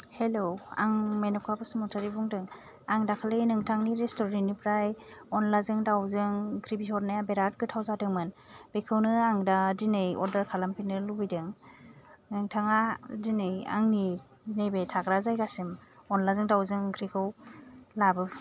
हेल' आं मेनखा बसुमतारी बुंदों आं दाखालै नोंथांनि रेस्टुरेन्टनिफ्राय अनद्लाजों दाउजों ओंख्रि बिहरनाया बिराद गोथाव जादोंमोन बेखौनो आं दा दिनै अर्डार खालामफिननो लुबैदों नोंथाङा दिनै आंनि नैबे थाग्रा जायगासिम अनद्लाजों दाउजों ओंख्रिखौ लाबो